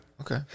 Okay